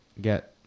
get